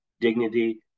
Dignity